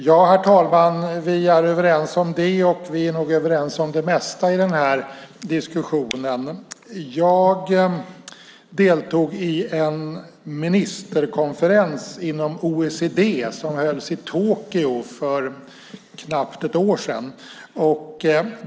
Herr talman! Vi är överens om det, och vi är nog överens om det mesta i den här diskussionen. Jag deltog i en ministerkonferens inom OECD som hölls i Tokyo för knappt ett år sedan.